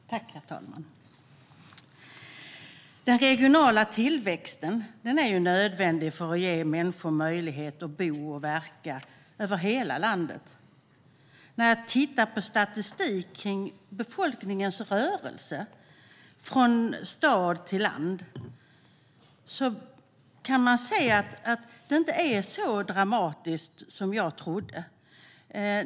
Herr talman! Den regionala tillväxten är nödvändig för att ge människor möjlighet att bo och verka över hela landet. När jag tittar på statistik över befolkningens rörelse från stad till land ser jag att det inte är så dramatiskt som jag trodde.